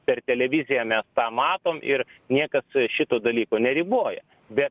per televiziją mes tą matom ir niekas šito dalyko neriboja bet